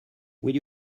will